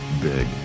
big